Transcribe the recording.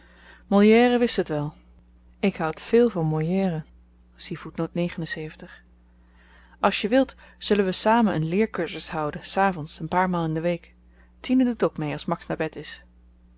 wist het wel ik houd veel van molière als je wilt zullen we samen een leerkursus houden s avends een paar maal in de week tine doet ook mee als max naar bed is